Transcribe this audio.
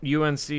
UNC